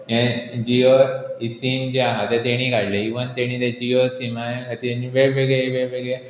हें जियो सीम जे आसा तें ताणें काडलें इवन ताणें तें जियो सिमा खातीर वेगवेगळे वेगवेगळे